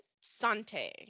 Sante